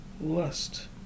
lust